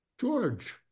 George